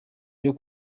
byo